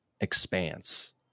expanse